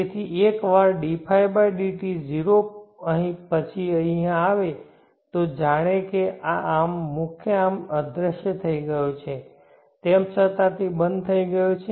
તેથી એકવાર dϕ dt 0 પછી અહીં આવે તે જાણે કે આ આર્મ મુખ્ય આર્મ અદ્રશ્ય થઈ ગયો છે તેમ છતાં તે બંધ થઈ ગયો છે